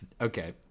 Okay